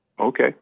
Okay